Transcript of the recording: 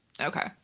okay